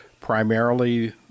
primarily –